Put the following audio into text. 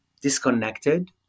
disconnected